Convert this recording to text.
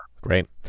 Great